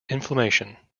inflammation